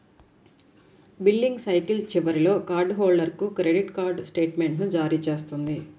billing cycle చివరిలో card హోల్డర్కు credit card స్టేట్మెంట్ను జారీ చేస్తుంది